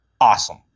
awesome